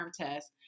test